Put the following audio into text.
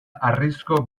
harrizko